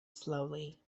slowly